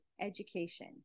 education